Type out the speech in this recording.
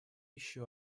еще